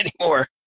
anymore